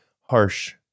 harsh